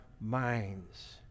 minds